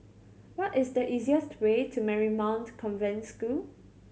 what is the easiest way to Marymount Convent School